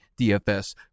dfs